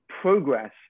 progress